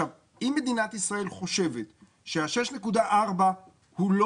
אם מדינת ישראל חושבת שה-6.4 הוא לא